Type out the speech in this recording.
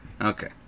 Okay